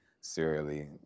serially